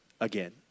again